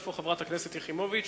איפה חברת הכנסת יחימוביץ?